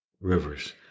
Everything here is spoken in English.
Rivers